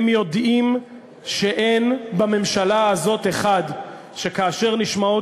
הם יודעים שאין בממשלה הזאת אחד שכאשר נשמעות